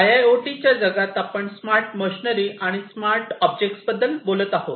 IIoT जगात आपण smart machinery आणि स्मार्ट ऑब्जेक्ट्सबद्दल बोलत आहोत